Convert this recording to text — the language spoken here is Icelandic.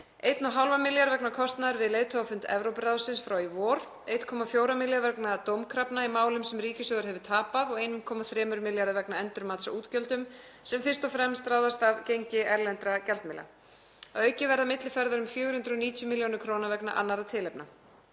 1,5 milljarða kr. vegna kostnaðar við leiðtogafund Evrópuráðsins frá í vor, 1,4 milljarða kr. vegna dómkrafna í málum sem ríkissjóður hefur tapað og 1,3 milljarða kr. vegna endurmats á útgjöldum sem fyrst og fremst ráðast af gengi erlendra gjaldmiðla. Að auki verða millifærðar um 490 millj. kr. vegna annarra tilefna.